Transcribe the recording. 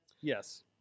Yes